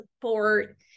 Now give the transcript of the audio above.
support